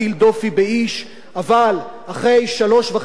אבל אחרי שלוש שנים וחצי בכנסת הזאת,